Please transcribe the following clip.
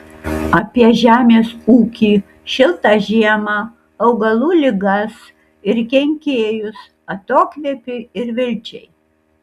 apie žemės ūkį šiltą žiemą augalų ligas ir kenkėjus atokvėpiui ir vilčiai